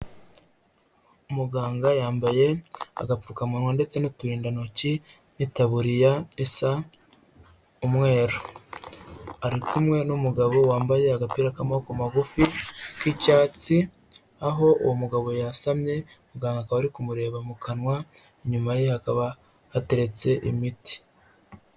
Muganga yambaye agapfukamunwa ndetse n'uturindantoki n'itaburiya bisa umweru. Ari kumwe n'umugabo wambaye agapira k'amaboko magufi k'icyatsi, aho uwo mugabo yasamye, muganga akaba arimo kumureba mu kanwa, inyuma ye hakaba hateretse imiti.